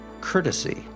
courtesy